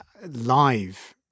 live